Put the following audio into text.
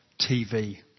TV